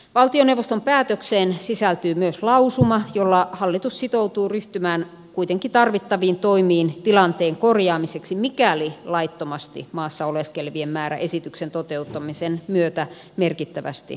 valtioneuvoston päätökseen sisältyy myös lausuma jolla hallitus sitoutuu ryhtymään kuitenkin tarvittaviin toimiin tilanteen korjaamiseksi mikäli laittomasti maassa oleskelevien määrä esityksen toteuttamisen myötä merkittävästi kasvaisi